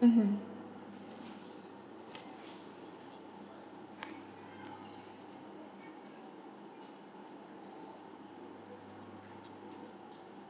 mmhmm